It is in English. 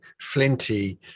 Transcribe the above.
flinty